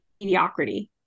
mediocrity